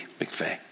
McVeigh